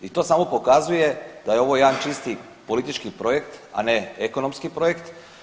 I to samo pokazuje da je ovo jedan čisti politički projekt, a ne ekonomski projekt.